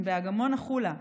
באגמון החולה,